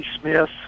Smith